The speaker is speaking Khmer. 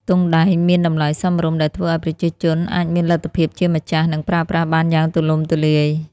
ទង់ដែងមានតម្លៃសមរម្យ ដែលធ្វើឲ្យប្រជាជនអាចមានលទ្ធភាពជាម្ចាស់ និងប្រើប្រាស់បានយ៉ាងទូលំទូលាយ។